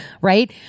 right